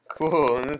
Cool